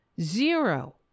Zero